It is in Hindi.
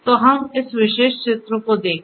तो हम इस विशेष चित्र को देखें